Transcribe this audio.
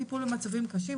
טיפול במצבים קשים,